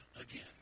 again